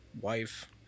wife